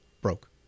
broke